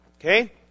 okay